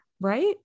right